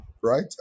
right